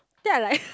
then I like